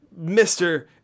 Mr